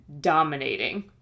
dominating